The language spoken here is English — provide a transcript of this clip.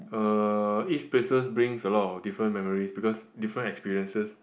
uh each places brings a lot of different memories because different experiences